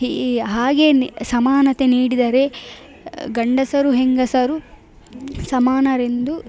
ಹೀ ಹಾಗೆಯೇ ಸಮಾನತೆ ನೀಡಿದರೆ ಗಂಡಸರು ಹೆಂಗಸರು ಸಮಾನರೆಂದು